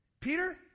Peter